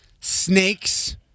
Snakes